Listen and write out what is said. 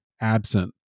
absent